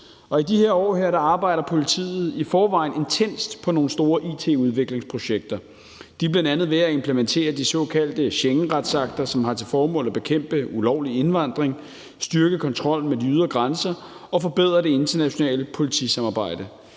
i de her år arbejder politiet i forvejen intenst på nogle store it-udviklingsprojekter. De er bl.a. ved at implementere de såkaldte Schengenretsakter, som har til formål at bekæmpe ulovlig indvandring, styrke kontrollen med de ydre grænser og forbedre det internationale politisamarbejde.